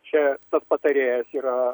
čia patarėjas yra